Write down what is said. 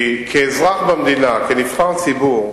כאזרח במדינה, כנבחר ציבור,